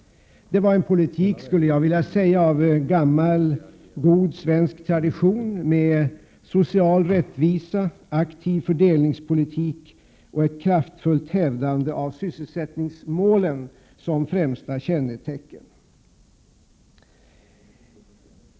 Det var en politik av gammal, god svensk tradition, med social rättvisa, aktiv fördelningspolitik och ett kraftfullt hävdande av sysselsättningsmålen som främsta kännetecken.